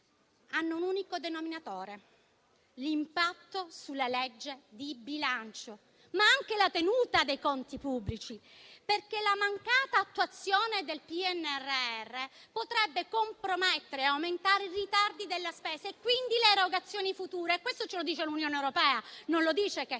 hanno un unico denominatore, l'impatto sulla legge di bilancio, ma anche la tenuta dei conti pubblici, perché la mancata attuazione del PNRR potrebbe compromettere e aumentare i ritardi della spesa, e quindi le erogazioni future. Questo ce lo dice l'Unione europea, non lo dicono